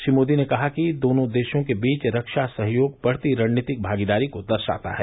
श्री मोदी ने कहा कि दोनों देशों के बीच रक्षा सहयोग बढ़ती रणनीतिक भागीदारी को दर्शाता है